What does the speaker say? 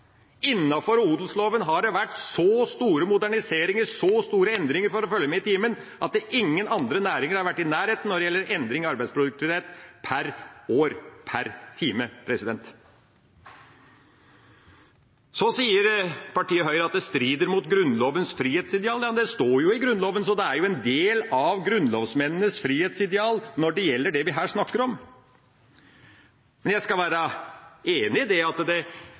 Innenfor odelsloven har det vært så store moderniseringer, så store endringer for å følge med i timen, at ingen andre næringer har vært i nærheten når det gjelder endringer i arbeidsproduktivitet per år per time. Så sier partiet Høyre at det strider mot Grunnlovens frihetsidealer. Ja, det står i Grunnloven, så det er en del av grunnlovsmennenes frihetsideal med hensyn til det vi her snakker om. Jeg skal være enig i at det